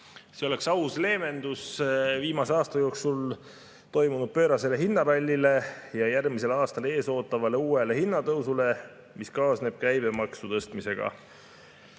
See oleks aus leevendus viimase aasta jooksul toimunud pöörasele hinnarallile ja järgmisel aastal eesootavale uuele hinnatõusule, mis kaasneb käibemaksu tõstmisega.